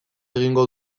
egingo